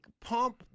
pump